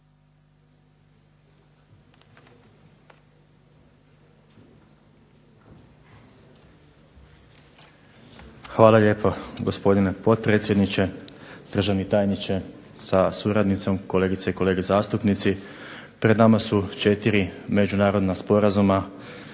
Hvala lijepo, gospodine potpredsjedniče. Državni tajniče sa suradnicom, kolegice i kolege zastupnici. Pred nama su četiri međunarodna sporazuma